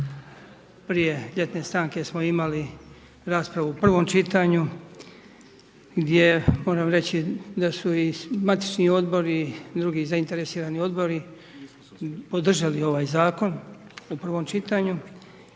Prije ljetne stanke smo imali raspravu u prvom čitanju gdje moram reći, da su i matični odbori i drugi zainteresirani odbori podržali ovaj zakon u prvom čitanju.